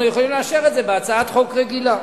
אנחנו יכולים לאשר את זה בהצעת חוק רגילה.